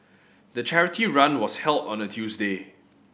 the charity run was held on a Tuesday